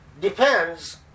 depends